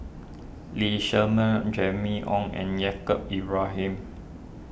Lee Shermay Jimmy Ong and Yaacob Ibrahim